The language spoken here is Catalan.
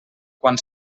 quan